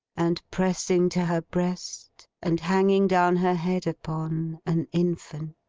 and pressing to her breast, and hanging down her head upon, an infant.